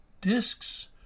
discs